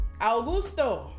Augusto